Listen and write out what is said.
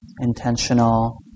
intentional